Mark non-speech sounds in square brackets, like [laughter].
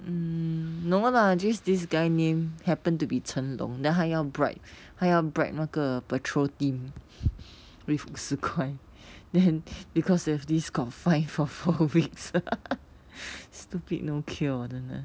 mm no lah just this guy name happened to be chen long then 他要 bribe 他要 bribe 那个 patrol team [breath] with 五十块 then because of this got fined for four weeks [laughs] stupid no cure 真的